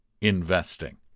investing